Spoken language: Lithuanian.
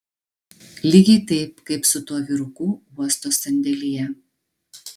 lygiai taip kaip su tuo vyruku uosto sandėlyje